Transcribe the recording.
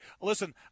Listen